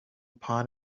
upon